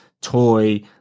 toy